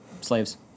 Slaves